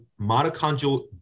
mitochondrial